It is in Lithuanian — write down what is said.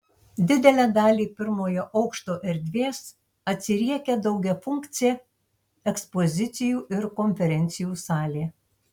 didelę dalį pirmojo aukšto erdvės atsiriekia daugiafunkcė ekspozicijų ir konferencijų salė